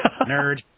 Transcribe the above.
Nerd